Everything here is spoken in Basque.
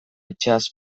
itsas